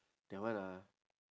that one ah